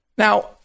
Now